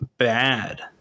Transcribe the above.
Bad